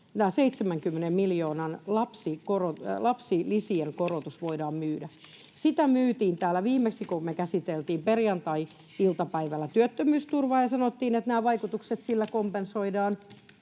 70 miljoonan lapsilisien korotus voidaan myydä. Sitä myytiin täällä viimeksi, kun me käsiteltiin perjantai-iltapäivänä työttömyysturvaa, ja sanottiin, että nämä vaikutukset sillä kompensoidaan.